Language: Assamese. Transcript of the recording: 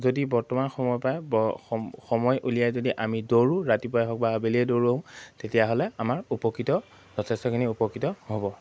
যদি বৰ্তমান সময় পৰাই সময় উলিয়াই যদি আমি দৌৰোঁ ৰাতিপুৱাই হওক বা আবেলিয়ে দৌৰোঁ তেতিয়াহ'লে আমাৰ উপকৃত যথেষ্টখিনি উপকৃত হ'ব